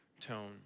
tone